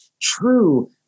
true